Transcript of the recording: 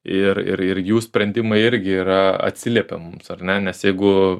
ir ir ir jų sprendimai irgi yra atsiliepia mums ar ne nes jeigu